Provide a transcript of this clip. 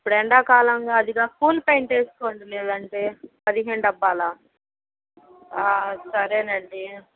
ఇప్పుడు ఎండాకాలంగా అదికాక కూల్ పెయింట్ వేసుకోండి లేదంటే పదిహేను డబ్బాలా సరేనండి